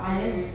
mm